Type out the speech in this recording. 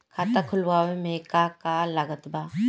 खाता खुलावे मे का का लागत बा?